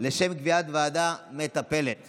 אין מתנגדים, אין נמנעים.